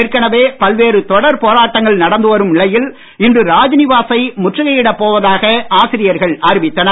ஏற்கனவே பல்வேறு தொடர் போராட்டங்கள் நடந்து வரும் நிலையில் இன்று ராஜ்நிவாசை முற்றுகையிட போவதாக ஆசிரியர்கள் அறிவித்தனர்